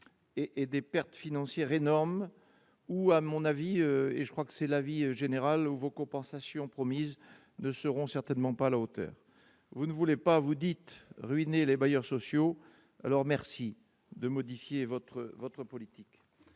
et des pertes financières énormes, où, à mon avis et je crois que c'est l'avis général, vos compensations promises ne seront certainement pas à la hauteur, vous ne voulez pas vous dites ruiné les bailleurs sociaux, alors merci de modifier votre votre